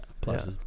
plus